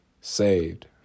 saved